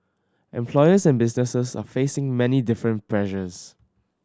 employers and businesses are facing many different pressures